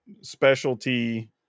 specialty